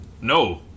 No